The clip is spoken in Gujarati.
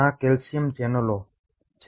આ કેલ્શિયમ ચેનલો છે